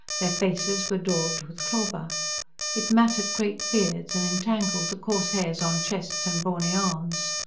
their faces were daubed with clauber it matted great beards, and entangled the coarse hairs on chests and brawny arms.